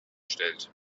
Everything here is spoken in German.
stellt